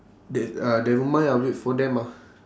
that uh never mind ah wait for them ah